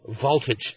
voltage